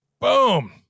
boom